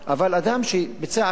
אבל אדם שביצע עבירה,